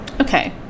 okay